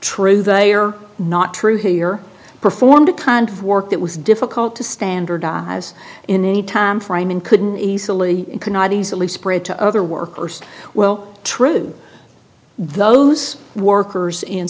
true they are not true here performed a kind of work that was difficult to standardize in any timeframe and couldn't easily could not easily spread to other workers well true those workers in